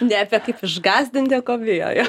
ne apie kaip išgąsdinti o ko bijo jo